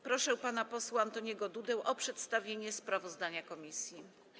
Proszę pana posła Antoniego Dudę o przedstawienie sprawozdania komisji.